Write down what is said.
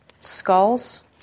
skulls